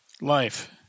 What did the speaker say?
life